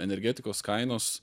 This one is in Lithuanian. energetikos kainos